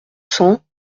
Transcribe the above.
cents